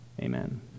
Amen